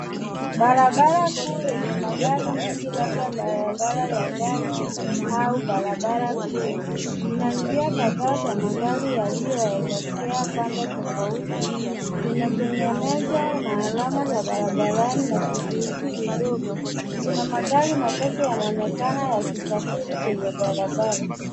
Barabara kuu yenye magari mengi labda barabara ya gari au barabara kuu ina njia kadhaa za magari yaliyoelekea pande tofauti. Zimetengenezwa na alama za barabarani na vizuizi vidogo. Kuna magari machache yanaonekana yakisafiri kwenye barabara.